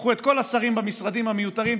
קחו את כל השרים במשרדים המיותרים,